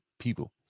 people